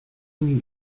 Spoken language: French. rue